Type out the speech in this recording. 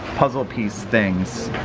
puzzle piece things.